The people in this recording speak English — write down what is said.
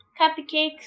Cupcakes